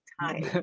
time